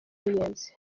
ruyenzi